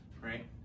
right